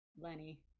Lenny